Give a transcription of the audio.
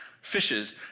fishes